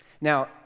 Now